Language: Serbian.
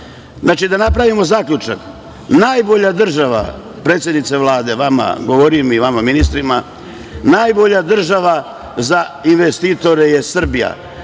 napravimo zaključak. Najbolja država, predsednice Vlade, vama govorim i vama ministrima, najbolja država za investitore je Srbija.